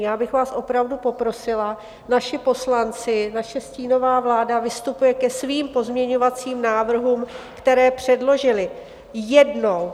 Já bych vás opravdu poprosila, naši poslanci, naše stínová vláda vystupují ke svým pozměňovacím návrhům, které předložili, jednou.